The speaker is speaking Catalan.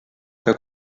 que